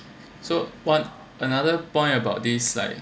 so what another point about this like